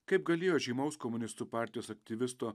kaip galėjo žymaus komunistų partijos aktyvisto